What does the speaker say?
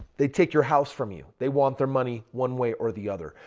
they take your house from you. they want their money one way or the other.